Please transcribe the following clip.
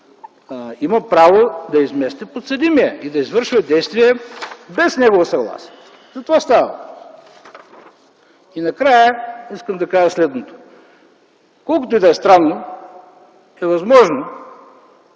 има право да измести подсъдимия и да извършва действия без негово съгласие. За това става дума. Накрая искам да кажа следното. Колкото и да е странно, е възможно